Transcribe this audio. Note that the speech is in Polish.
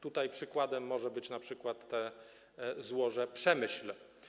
Tutaj przykładem może być np. złoże Przemyśl.